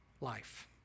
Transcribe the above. life